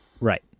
Right